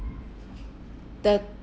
the